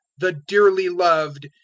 the dearly loved,